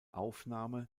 aufnahme